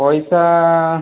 ପଇସା